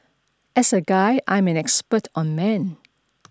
as a guy I'm an expert on men